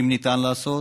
אם ניתן לעשות.